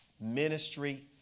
Ministry